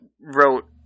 wrote